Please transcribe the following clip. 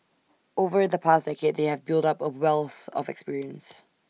over the past decade they have built up A wealth of experience